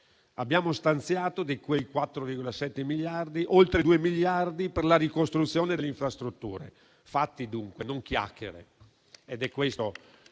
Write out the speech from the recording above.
Abbiamo stanziato, di quei 4,7 miliardi, oltre due miliardi per la ricostruzione delle infrastrutture. Fatti dunque, non chiacchiere